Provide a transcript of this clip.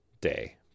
day